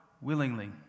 willingly